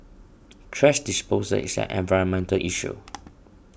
thrash disposal is an environmental issue